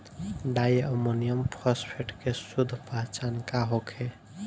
Di ammonium phosphate के शुद्ध पहचान का होखे?